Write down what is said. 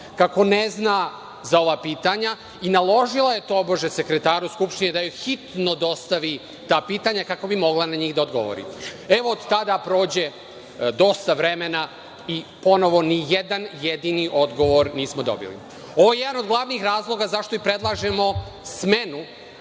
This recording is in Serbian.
kako ne zna za ova pitanja i naložila je tobože sekretaru Skupštine da joj hitno dostavi ta pitanja kako bi mogla da na njih odgovori. Evo, od tada prođe dosta vremena i ponovo ni jedan jedini odgovor nismo dobili. Ovo je jedan od glavnih razloga zašto predlažemo smenu,